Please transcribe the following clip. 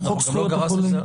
חוק זכויות החולה.